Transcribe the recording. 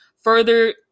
further